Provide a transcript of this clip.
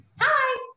Hi